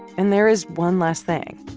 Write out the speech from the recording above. and there is one last thing.